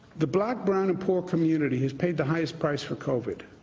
the black, brown and poor community has paid the highest price for covid.